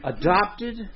adopted